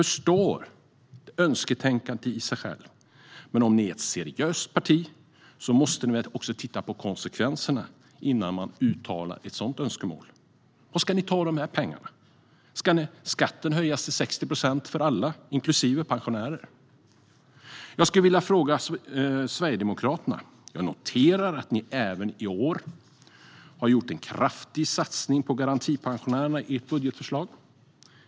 Jag förstår att det är ett välvilligt önsketänkande, men om ni är ett seriöst parti så måste ni titta på konsekvenserna innan ni uttalar ett sådant förslag. Var ska ni ta dessa pengar? Ska skatten höjas till 60 procent för alla, inklusive pensionärer? Jag skulle också vilja fråga Sverigedemokraterna något. Jag noterar att ni även i år har gjort en kraftig satsning på garantipensionärerna i ert budgetförslag.